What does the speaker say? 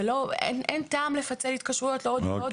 אין טעם לפצל התקשרויות לעוד ועוד ועוד.